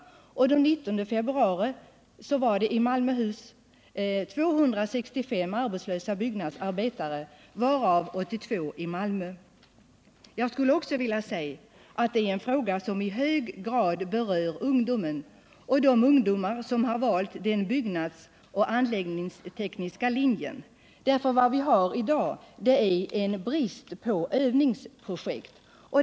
Den 19 februari i år fanns det i Malmöhus län 265 arbetslösa byggnadsarbetare, varav 82 i Malmö. Jag skulle också vilja påstå att frågan i hög grad berör ungdomen och då närmast de ungdomar som har valt den byggnadsoch anläggningstekniska linjen. Vi har i dag brist på övningsobjekt.